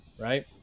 right